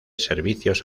servicios